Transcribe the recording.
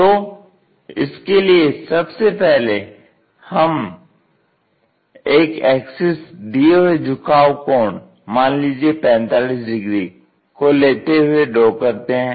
तो इसके लिए सबसे पहले हम एक एक्सिस दिए हुए झुकाव कोण मान लीजिये 45 डिग्री को लेते हुए ड्रा करते हैं